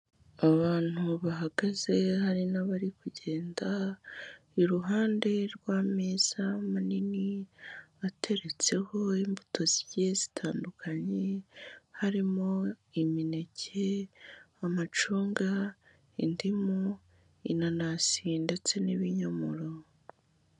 Abantu bahagaze hari n'abari kugenda iruhande rw'ameza manini ateretseho imbuto zigiye zitandukanye, harimo imineke, amacunga, indimu, inanasi ndetse n'ibinyomoro.